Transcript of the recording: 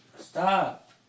stop